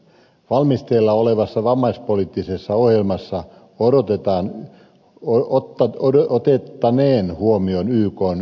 valmisteilla olevassa vammaispoliittisessa ohjelmassa otettaneen huomioon ykn yleissopimus